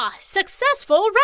successful